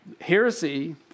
heresy